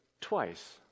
twice